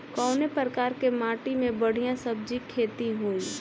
कवने प्रकार की माटी में बढ़िया सब्जी खेती हुई?